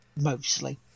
mostly